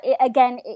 again